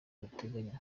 duteganya